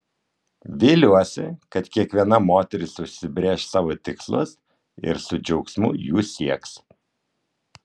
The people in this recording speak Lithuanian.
viliuosi kad kiekviena moteris užsibrėš savo tikslus ir su džiaugsmu jų sieks